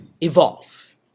evolve